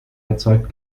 erzeugt